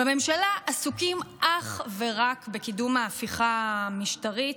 בממשלה עסוקים אך ורק בקידום ההפיכה המשטרית,